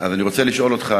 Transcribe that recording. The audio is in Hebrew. אז אני רוצה לשאול אותך,